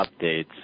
updates